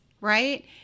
right